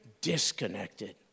Disconnected